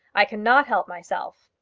i cannot help myself.